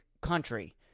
country